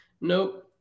nope